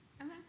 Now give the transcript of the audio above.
Okay